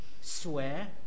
swear